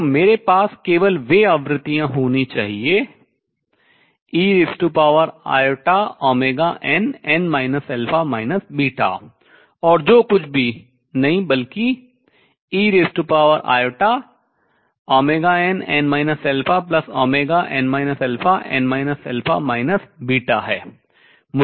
तो मेरे पास केवल वे आवृत्तियाँ होनी चाहिए einn और जो कुछ भी नहीं बल्कि einn n n है